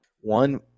One